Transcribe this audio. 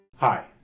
Hi